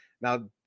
now